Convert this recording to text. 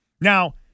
Now